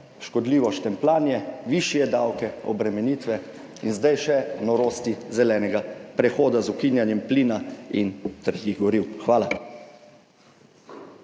škodljivo štempljanje, višje davke, obremenitve in zdaj še norosti zelenega prehoda z ukinjanjem plina in trgi goriv. Hvala.